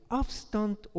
afstand